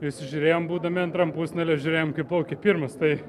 prisižiūrėjom būdami antram pusfinaly ir žiūrėjom kaip plaukia pirmas tai